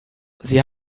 sie